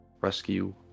rescue